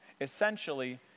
Essentially